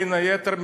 בין היתר,